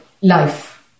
life